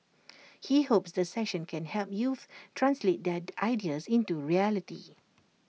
he hopes the session can help youths translate their ideas into reality